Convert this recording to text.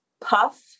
Puff